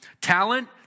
Talent